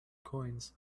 coins